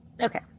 Okay